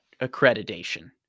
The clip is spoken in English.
accreditation